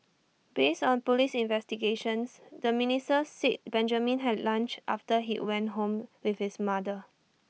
based on Police investigations the minister said Benjamin had lunch after he went home with his mother